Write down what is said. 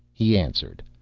he answered,